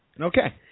Okay